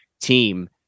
team